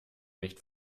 nicht